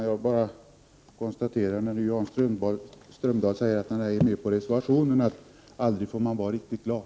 Fru talman! När Jan Strömdahl säger att han inte är med på reservationen, konstaterar jag bara att aldrig får man vara riktigt glad.